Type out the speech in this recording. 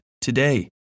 today